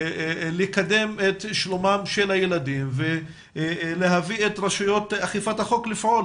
לקדם את שלומם של הילדים ולהביא את רשויות אכיפת החוק לפעול.